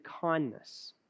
kindness